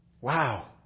Wow